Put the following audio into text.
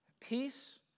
peace